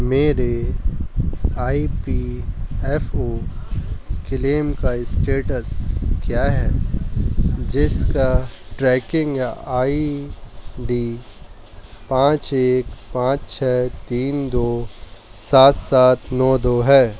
میرے I P F O claim کا status کیا ہے جس کا ٹریکنگ آئی ڈی پانچ ایک پانچ چھ تین دو سات سات نو دو ہے